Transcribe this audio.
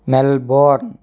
Melbourne